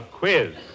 Quiz